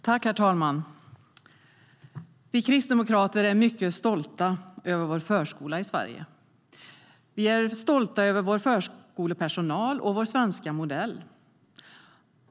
Herr talman! Vi kristdemokrater är mycket stolta över förskolan i Sverige. Vi är stolta över vår förskolepersonal och vår svenska modell.